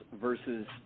versus